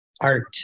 art